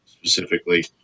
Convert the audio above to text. Specifically